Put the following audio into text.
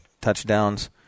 touchdowns